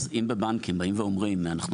אז אם בבנקים באים ואומרים: אנחנו